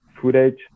footage